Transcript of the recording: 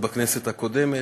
עוד בכנסת הקודמת,